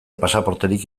pasaporterik